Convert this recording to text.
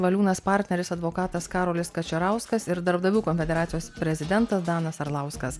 valiūnas partneris advokatas karolis kačerauskas ir darbdavių konfederacijos prezidentas danas arlauskas